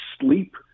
sleep